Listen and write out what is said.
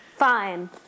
fine